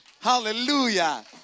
hallelujah